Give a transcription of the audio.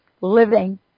living